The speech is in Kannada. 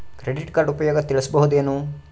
ಕ್ರೆಡಿಟ್ ಕಾರ್ಡ್ ಉಪಯೋಗ ತಿಳಸಬಹುದೇನು?